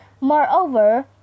Moreover